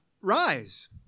rise